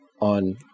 on